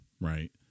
right